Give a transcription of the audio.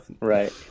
right